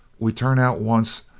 we turn out once,